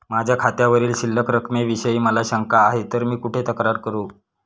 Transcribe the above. माझ्या खात्यावरील शिल्लक रकमेविषयी मला शंका आहे तर मी कुठे तक्रार करू?